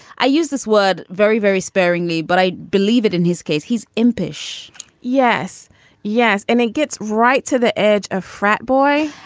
i use this word very very sparingly but i believe it in his case he's impish yes yes. and it gets right to the edge of frat boy.